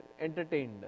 entertained